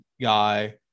guy